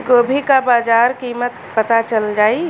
गोभी का बाजार कीमत पता चल जाई?